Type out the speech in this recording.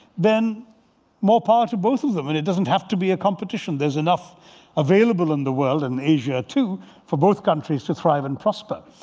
then more power to both of them. and it doesn't have to be a competition. there's enough available in the world and asia too for both countries to thrive and prosper.